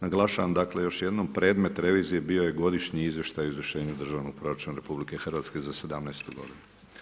Naglašavam dakle još jednom predmet revizije bio je Godišnji izvještaj o izvršenju Državnog proračuna RH za 2017. godinu.